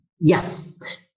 Yes